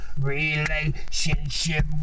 relationship